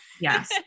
Yes